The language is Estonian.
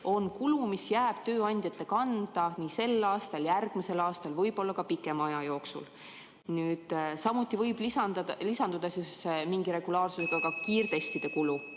on kulu, mis jääb tööandjate kanda nii sel aastal, järgmisel aastal kui ka võib-olla pikema aja jooksul. Samuti võib lisanduda mingi regulaarsusega ka kiirtestide kulu.